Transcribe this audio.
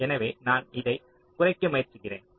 எனவே நான் இதை குறைக்க முயற்சிக்கிறேன்